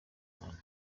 imana